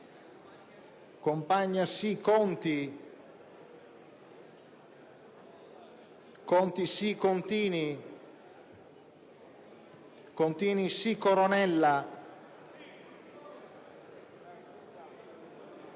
Compagna, Conti, Contini, Coronella,